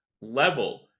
level